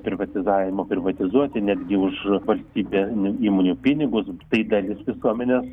privatizavimo privatizuoti netgi už valstybė įmonių pinigus tai dalis visuomenės